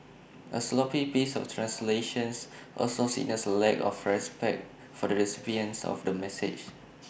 A sloppy piece of translation also signals A lack of respect for the recipient of the message